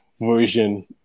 version